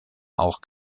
auch